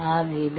ಆಗಿದೆ